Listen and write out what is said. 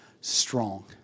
strong